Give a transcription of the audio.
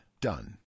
Done